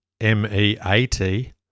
M-E-A-T